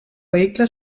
vehicle